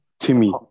Timmy